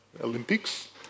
Olympics